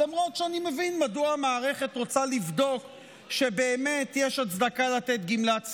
למרות שאני מבין מדוע המערכת רוצה לבדוק שבאמת יש הצדקה לתת גמלת סיעוד.